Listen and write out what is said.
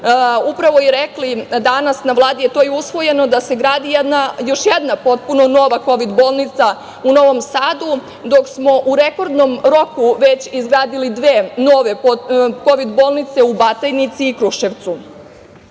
upravo i rekli, danas na Vladi je to i usvojeno, da se gradi još jedna potpuno nova kovid-bolnica u Novom Sadu, dok smo u rekordnom roku već izgradili dve nove kovid-bolnice u Batajnici i Kruševcu. Država